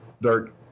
dirt